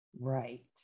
Right